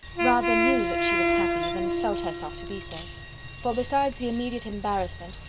rather knew that she was happy than felt herself to be so for, besides the immediate embarrassment,